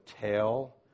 tail